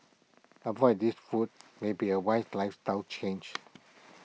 avoid these foods may be A wise lifestyle change